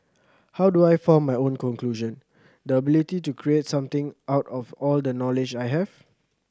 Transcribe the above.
how do I form my own conclusion the ability to create something out of all the knowledge I have